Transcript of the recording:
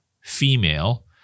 female